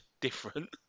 different